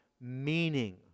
meaning